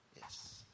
Yes